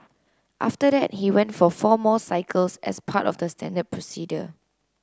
after that he went for four more cycles as part of the standard procedure